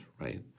right